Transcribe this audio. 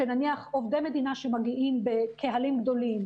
אוכלוסיות של נניח עובדי מדינה שמגיעים בקהלים גדולים,